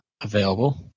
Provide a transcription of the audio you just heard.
available